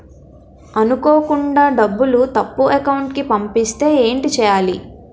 అనుకోకుండా డబ్బులు తప్పు అకౌంట్ కి పంపిస్తే ఏంటి చెయ్యాలి?